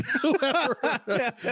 whoever